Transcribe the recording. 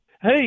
hey